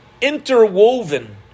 interwoven